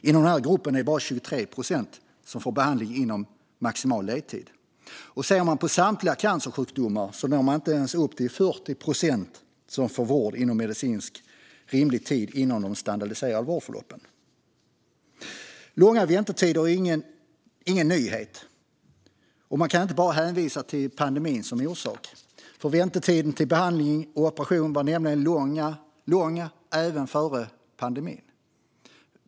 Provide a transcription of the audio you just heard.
I den här gruppen är det bara 23 procent som får behandling inom maximal ledtid. Ser man på samtliga cancersjukdomar når man inte ens upp till 40 procent som får vård inom medicinskt rimlig tid inom de standardiserade vårdförloppen. Långa väntetider är dock ingen nyhet. Man kan inte bara hänvisa till pandemin som orsak, för väntetiderna till behandling och operation var långa även före pandemin.